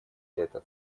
эта